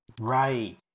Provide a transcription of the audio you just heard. right